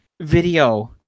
video